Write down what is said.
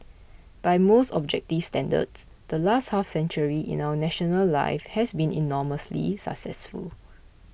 by most objective standards the last half century in our national life has been enormously successful